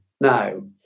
now